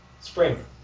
spring